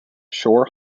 shore